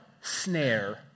Snare